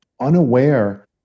unaware